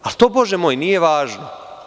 Ali to, Bože moj, nije važno.